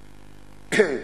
בבקשה.